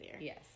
Yes